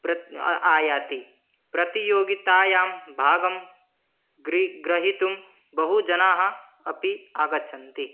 प्रत् आयाति प्रतियोगितायां भागं ग्रहीतुं बहु जनाः अपि आगच्छन्ति